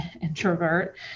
introvert